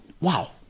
wow